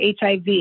HIV